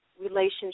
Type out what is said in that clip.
relationship